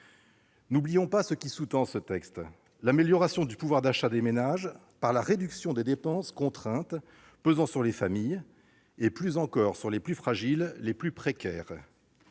N'oublions pas ce qui sous-tend ce texte : l'amélioration du pouvoir d'achat des ménages par la réduction des dépenses contraintes pesant sur les familles et, plus encore, sur les plus fragiles et les plus précaires.